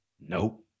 Nope